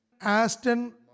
Aston